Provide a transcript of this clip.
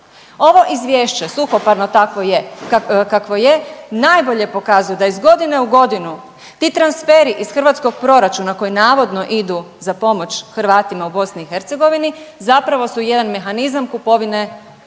Ovo izvješće suhoparno takvo je, kakvo je, najbolje pokazuje da iz godine u godinu ti transferi iz državnog proračuna koji navodno idu za pomoć Hrvatima u BiH zapravo su jedan mehanizam kupovine glasova